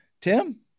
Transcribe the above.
Tim